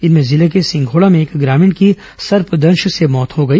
इनमें जिले के सिघोंडा में एक ग्रामीण की सर्पदंश से मौत हो गई